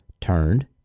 turned